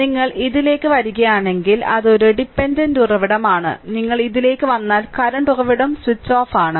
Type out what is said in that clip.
നിങ്ങൾ ഇതിലേക്ക് വരികയാണെങ്കിൽ അത് ഒരു ഡിപെൻഡന്റ് ഉറവിടമാണ് നിങ്ങൾ ഇതിലേക്ക് വന്നാൽ കറന്റ് ഉറവിടം സ്വിച്ച് ഓഫ് ആണ്